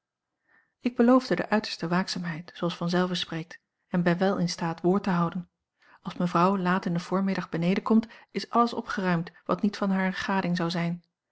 ik beloofde de uiterste waakzaamheid zooals vanzelve spreekt en ben wel in staat woord te houden als mevrouw laat in den voormiddag beneden komt is alles opgeruimd wat niet van hare gading zou zijn